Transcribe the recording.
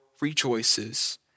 rejoices